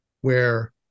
where-